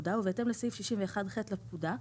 הפקודה),